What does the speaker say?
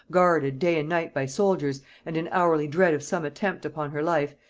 guarded day and night by soldiers, and in hourly dread of some attempt upon her life,